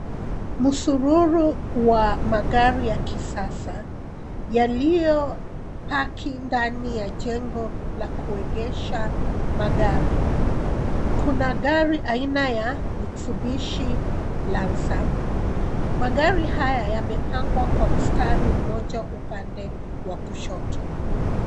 Msururo wa magari ya kisasa yaliyopaki ndani ya jengo la kuegesha magari, Kuna gari aina ya Mitsubishi Lancer magari haya yamepangwa kwa mstari mmoja upande wa kushoto.